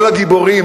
כל הגיבורים,